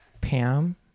Pam